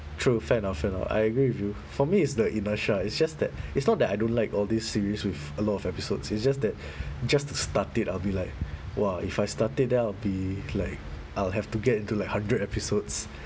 true fair enough fair enough I agree with you for me it's the inertia ah it's just that it's not that I don't like all these series with a lot of episodes it's just that just to start it I'll be like !wah! if I start it then I'll be like I'll have to get into like hundred episodes